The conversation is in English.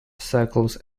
circles